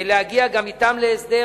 להגיע גם אתם להסדר,